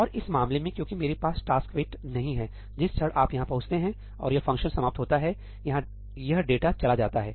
और इस मामले में क्योंकि मेरे पास टास्कवेट नहीं है जिस क्षण आप यहां पहुंचते हैं और यह फ़ंक्शन समाप्त होता हैयह डेटाचला जाता है